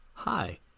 Hi